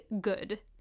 good